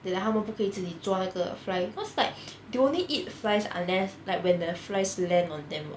they like 他们不可以自己抓那个 fly cause like they only eat flies unless like when the flies land on them [what]